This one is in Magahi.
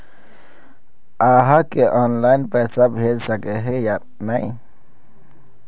आहाँ के ऑनलाइन पैसा भेज सके है नय?